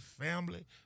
family